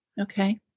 Okay